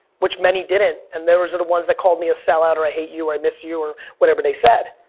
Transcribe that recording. which many didn't, and those are the ones that called me, a sell-out, or i hate you, or i miss you, or whatever they said,